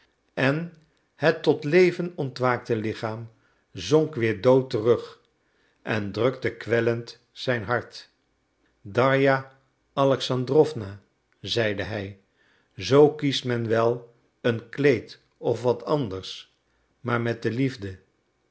en het tot leven ontwaakte lichaam zonk weer dood terug en drukte kwellend zijn hart darja alexandrowna zeide hij zoo kiest men wel een kleed of wat anders maar met de liefde